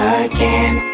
again